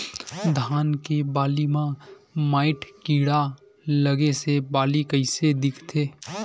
धान के बालि म माईट कीड़ा लगे से बालि कइसे दिखथे?